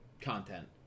content